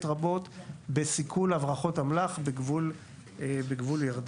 רבות בסיכול הברחות אמל"ח בגבול ירדן,